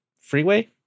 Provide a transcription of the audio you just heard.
Freeway